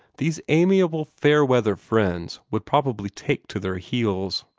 these amiable fair-weather friends would probably take to their heels.